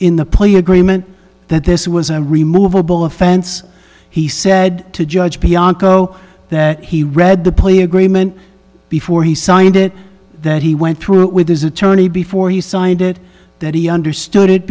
in the plea agreement that this was a removeable offense he said to judge bianco that he read the plea agreement before he signed it that he went through it with his attorney before he signed it that he understood it